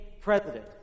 president